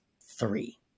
three